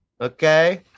Okay